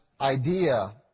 idea